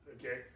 Okay